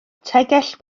tegell